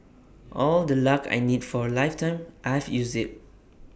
all the luck I need for A lifetime I've used IT